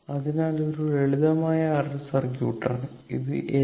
അതിനാൽ ഇത് ഒരു ലളിതമായ RL സർക്യൂട്ട് ആണ് ഇത് L